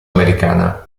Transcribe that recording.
americana